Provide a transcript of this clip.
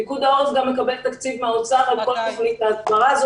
פיקוד העורף גם מקבל תקציב מהאוצר לכל תוכנית ההסברה.